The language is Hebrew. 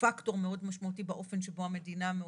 מאוד משמעותי באופן שבו המדינה מעודדת.